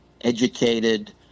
educated